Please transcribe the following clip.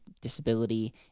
disability